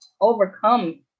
overcome